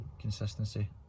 consistency